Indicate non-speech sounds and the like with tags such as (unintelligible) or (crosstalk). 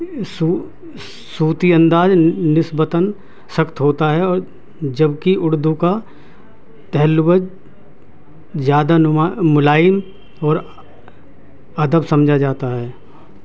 صو صوتی انداز نسبتاً سخت ہوتا ہے اور جبکہ اردو کا (unintelligible) زیادہ نما ملائم اور ادب سمجھا جاتا ہے